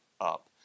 up